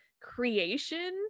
creation